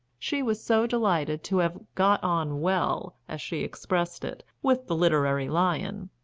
she was so delighted to have got on well, as she expressed it, with the literary lion,